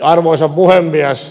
arvoisa puhemies